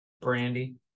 Brandy